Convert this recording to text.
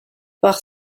par